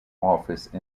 office